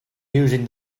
using